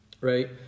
right